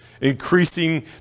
increasing